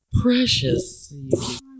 precious